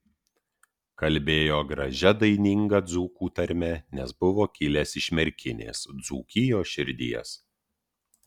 kalbėjo gražia daininga dzūkų tarme nes buvo kilęs iš merkinės dzūkijos širdies